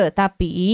tapi